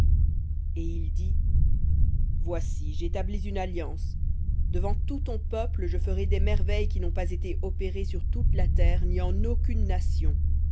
et il dit voici j'établis une alliance devant tout ton peuple je ferai des merveilles qui n'ont pas été opérées sur toute la terre ni en aucune nation